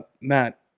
Matt